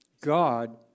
God